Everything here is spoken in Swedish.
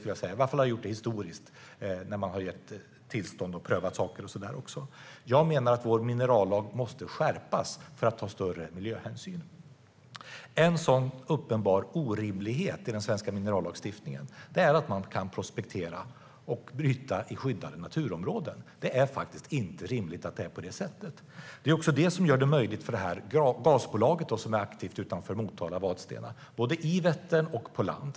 Den har i varje fall gjort det historiskt när den har gett tillstånd, prövat saker och sådant. Jag menar att vår minerallag måste skärpas för att ta större miljöhänsyn En uppenbar orimlighet i den svenska minerallagstiftningen är att man kan prospektera och bryta i skyddade naturområden. Det är inte rimligt att det är på det sättet. Det gör det möjligt för gasbolaget att vara aktivt utanför Motala och Vadstena både i Vättern och på land.